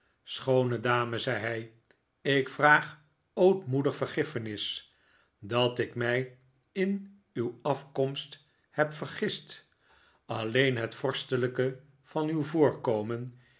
schoone dame zei hij ik vraag ootmoedig vergiffenis dat ik mij in uw afkomst heb vergist alleen het vorstelijke van uw voorkomen